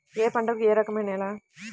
ఏ పంటకు ఏ రకమైన నేల?